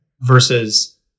versus